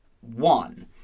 one